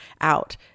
out